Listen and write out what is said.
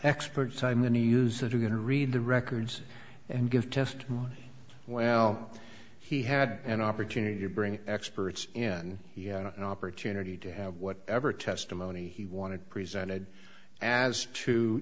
experts i'm going to use that are going to read the records and give testimony well he had an opportunity to bring experts in he had an opportunity to have whatever testimony he wanted presented as to